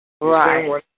right